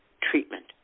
treatment